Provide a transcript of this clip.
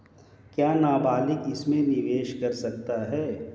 क्या नाबालिग इसमें निवेश कर सकता है?